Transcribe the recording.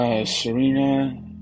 Serena